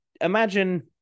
imagine